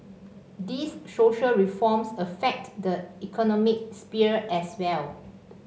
these social reforms affect the economic sphere as well